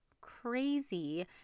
crazy